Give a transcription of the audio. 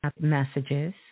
messages